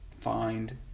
find